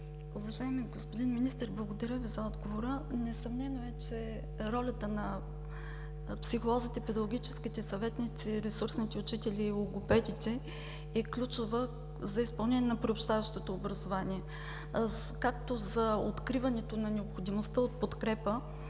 Уважаеми господин Министър, благодаря Ви за отговора. Несъмнено е, че ролята на психолозите, педагогическите съветници, ресурсните учители и логопедите е ключова за изпълнение на приобщаващото образование – както за откриването на необходимостта от подкрепа,